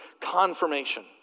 confirmation